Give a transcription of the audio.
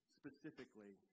specifically